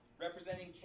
representing